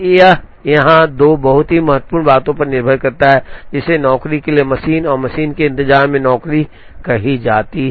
यह यहां 2 बहुत ही महत्वपूर्ण बातों पर निर्भर करता है जिसे नौकरी के लिए मशीन और मशीन के इंतजार में नौकरी कहा जाता है